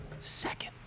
Second